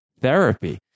therapy